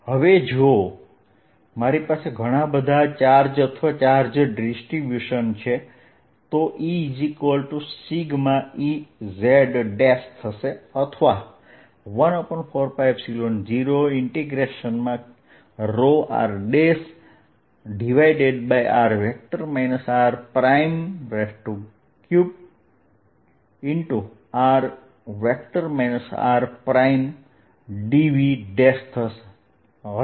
હવે જો મારી પાસે ઘણા બધા ચાર્જ અથવા ચાર્જ ડિસ્ટ્રિબ્યુશન છે તો E Ez થશે અથવા 14π0 ९rr r3r r dv' હશે